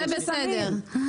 זה בסדר.